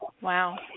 Wow